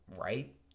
right